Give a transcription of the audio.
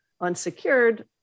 unsecured